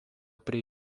prie